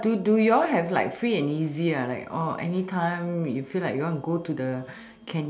but do do you all have like free and easy like oh anytime you free like you want go to the